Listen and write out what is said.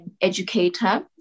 educator